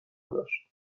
داشت